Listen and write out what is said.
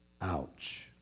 Ouch